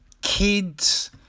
kids